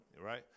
Right